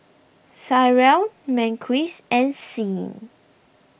Tyrell Marquise and Sean